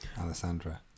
Alessandra